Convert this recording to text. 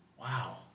wow